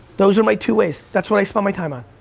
those are my two ways, that's what i spent my time on,